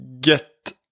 get